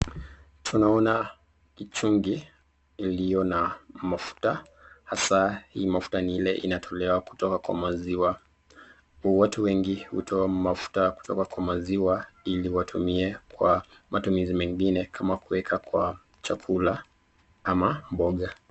Tunaona kichungi iliyo na mafuta hasa hii mafuta ni ile inatolewa kutoka kwa maziwa. Watu wengi hutoa mafuta kutoka kwa maziwa ili watumie kwa matumizi mengine kama kuweka kwa chakula ama mboga.